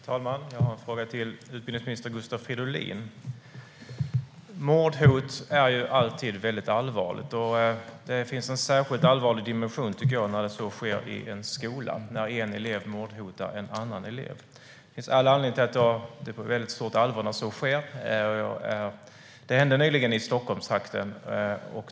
Herr talman! Jag har en fråga till utbildningsminister Gustav Fridolin. Mordhot är alltid mycket allvarligt. Det finns en särskild allvarlig dimension när det sker i en skola, när en elev mordhotar en annan elev. Det finns all anledning att ta det på mycket stort allvar när så sker. Det hände nyligen i Stockholmstrakten.